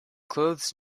clothes